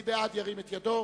מי בעד, ירים את ידו.